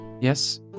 Yes